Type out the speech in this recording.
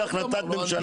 יופי.